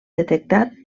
detectat